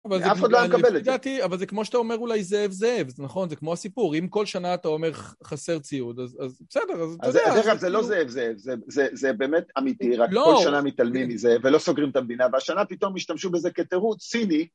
אבל, אף אחד לא היה מקבל את זה, לפי דעתי זה כמו שאתה אומר, אולי זהב זהב, נכון? זה כמו הסיפור, אם כל שנה אתה אומר חסר ציוד, אז בסדר, אז אתה יודע. אז דרך אגב זה לא זאב זאב, זה זה באמת אמיתי, רק כל שנה, לא, מתעלמים מזה, ולא סוגרים את המדינה, והשנה פתאום השתמשו בזה כתירוץ סיני.